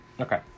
Okay